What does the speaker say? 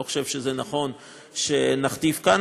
אני לא חושב שזה נכון שנכתיב כאן,